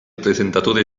presentatore